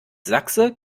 sachse